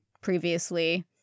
previously